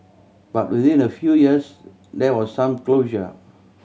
but within a few years there was some closure